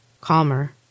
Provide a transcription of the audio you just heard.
Calmer